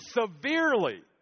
severely